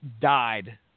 died